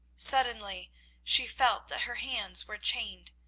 suddenly she felt that her hands were chained.